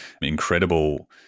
incredible